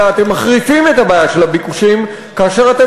אלא אתם מחריפים את הבעיה של הביקושים כאשר אתם